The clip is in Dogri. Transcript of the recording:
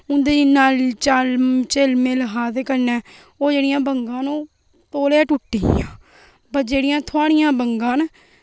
ते उंदेई इन्ना चे चैल मैल हा ते कन्नै ओह् जेह्ड़िया बंगा न ओह् तोले गै टुटी गेइयां पर जेह्ड़िया थुआड़ियां बंगा न